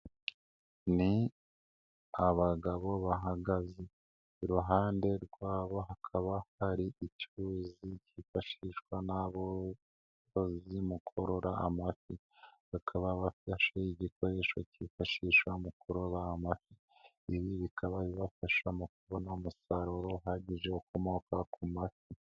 Ni abagabo bahagaze, iruhande rwabo hakaba hari icyuzi cyifashishwa n'aborozi mu kurora amafi, bakaba bafashe igikoresho cyifashishwa mu kurobaha amafi, ibi bikaba bibafasha mu kubona umusaruro uhagije ukomoka ku mafi.